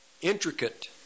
intricate